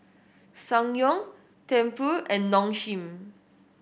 Ssangyong Tempur and Nong Shim